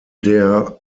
der